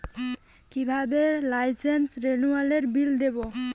কিভাবে লাইসেন্স রেনুয়ালের বিল দেবো?